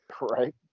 Right